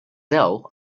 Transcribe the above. sell